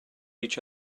each